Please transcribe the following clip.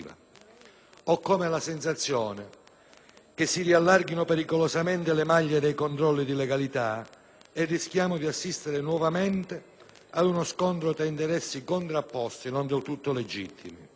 Ho come la sensazione che si riallarghino pericolosamente le maglie dei controlli di legalità e che rischiamo di assistere, nuovamente, ad uno scontro tra interessi contrapposti non del tutto legittimi.